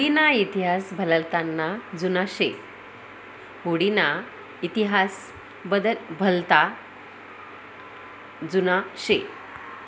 हुडी ना इतिहास भलता जुना शे